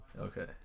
okay